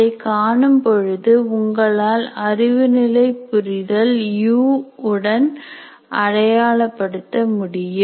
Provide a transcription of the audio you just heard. அதை காணும்பொழுது உங்களால் அறிவுநிலை புரிதல் U உடன் அடையாளப்படுத்த முடியும்